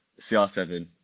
CR7